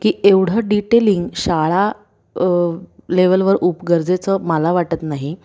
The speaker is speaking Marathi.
की एवढं डिटेलिंग शाळा लेवलवर उप गरजेचं मला वाटत नाही